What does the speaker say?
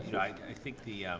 i think the,